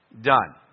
done